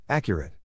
Accurate